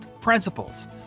principles